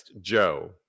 Joe